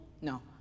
No